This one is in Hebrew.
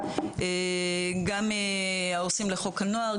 גם העו"סים לחוק הנוער,